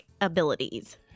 abilities